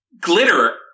glitter